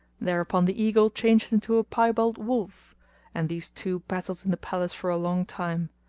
thereupon the eagle changed into a piebald wolf and these two battled in the palace for a long time,